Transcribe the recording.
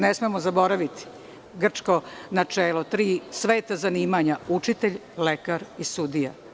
Ne smemo zaboraviti grčko načelo, tri sveta zanimanja - učitelj, lekar i sudija.